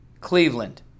Cleveland